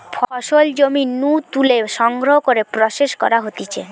ফসল জমি নু তুলে সংগ্রহ করে প্রসেস করা হতিছে